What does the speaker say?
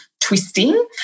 twisting